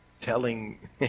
telling